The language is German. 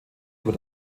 über